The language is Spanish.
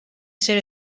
ser